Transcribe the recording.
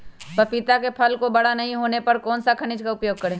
पपीता के फल को बड़ा नहीं होने पर कौन सा खनिज का उपयोग करें?